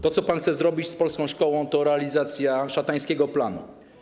To, co pan chce zrobić z polską szkołą, to realizacja szatańskiego planu.